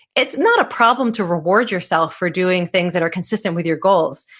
it's not a problem to reward yourself for doing things that are consistent with your goals.